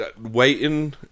Waiting